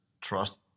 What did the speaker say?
trust